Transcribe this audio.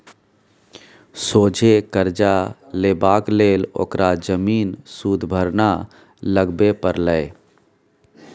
सोझे करजा लेबाक लेल ओकरा जमीन सुदभरना लगबे परलै